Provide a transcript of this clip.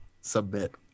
Submit